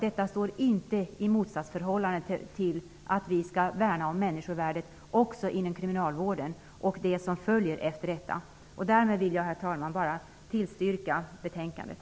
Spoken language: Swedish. Detta står inte i motsatsförhållande till uppfattningen att man skall värna människovärdet också inom kriminalvården och det som följer efter den. Herr talman! Härmed vill jag tillstyrka utskottets hemställan i betänkandet.